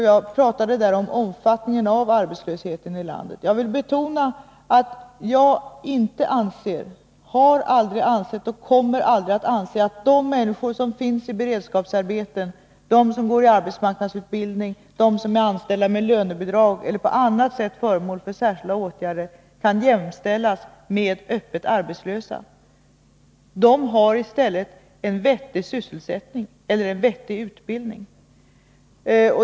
Jag talade där om omfattningen av arbetslösheten i Måndagen den landet. Jag vill betona att jag inte anser, har aldrig ansett och kommer aldrig 15 november 1982 att anse, att de människor som finns i beredskapsarbeten, som går i arbetsmarknadsutbildning, som är anställda med lönebidrag eller som är Om arbetsmarkföremål för särskilda åtgärder kan jämställas med öppet arbetslösa. De hari nadssituationen stället en vettig sysselsättning eller en vettig utbildning.